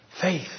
Faith